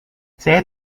saya